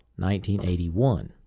1981